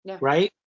Right